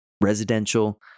residential